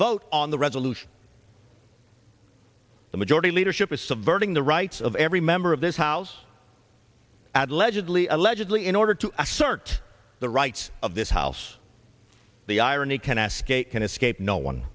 vote on the resolution the majority leadership is subverting the rights of every member of this house at legibly allegedly in order to assert the rights of this house the irony can ask can escape no one